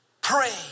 Pray